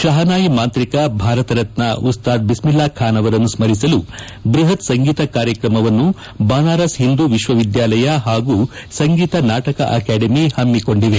ಶಹನಾಯಿ ಮಾಂತ್ರಿಕ ಭಾರತ ರತ್ನ ಉಸ್ತಾದ್ ಬಿಸ್ಕಿಲ್ಲಾ ಖಾನ್ ಅವರನ್ನು ಸ್ಲಿಸಲು ಬೃಹತ್ ಸಂಗೀತ ಕಾರ್ಯಕ್ರಮವನ್ನು ಬನಾರಸ್ ಹಿಂದೂ ವಿಶ್ವವಿದ್ಯಾಲಯ ಹಾಗೂ ಸಂಗೀತ ನಾಟಕ ಅಕಾಡೆಮಿ ಹಮ್ಮಿಕೊಂಡಿದೆ